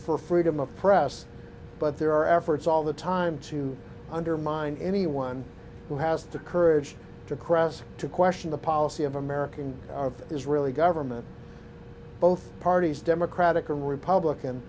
for freedom of press but there are efforts all the time to undermine anyone who has the courage to cross to question the policy of american israeli government both parties democratic or republican